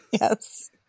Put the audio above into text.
Yes